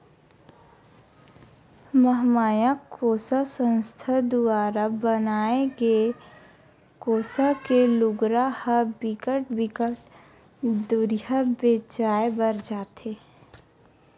महमाया कोसा संस्था दुवारा बनाए गे कोसा के लुगरा ह बिकट बिकट दुरिहा बेचाय बर जाथे